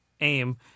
aim